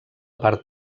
part